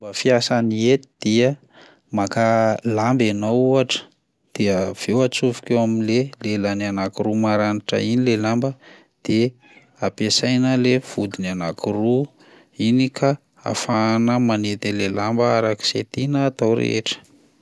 Fomba fiasan'ny hety dia: maka lamba ianao ohatra, de avy eo atsofoka eo amin'le lelany anankiroa maranitra iny le lamba de ampiasaina le vodiny anankiroa iny ka ahafahana manety ilay lamba arak'izay tiana atao rehetra.